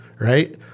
right